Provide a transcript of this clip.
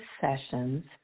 sessions